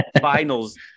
finals